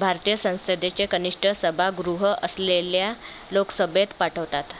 भारतीय संसदेचे कनिष्ठ सभागृह असलेल्या लोकसभेत पाठवतात